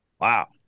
Wow